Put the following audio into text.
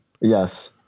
Yes